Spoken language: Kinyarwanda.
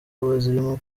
bazirimo